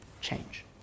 change